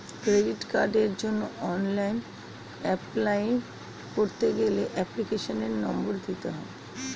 credit কার্ডের জন্য online apply করতে গেলে এপ্লিকেশনের নম্বর দিতে হয়